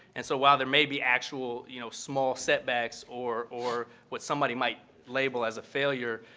and so while there may be actual you know small setbacks or or what somebody may label as a failure,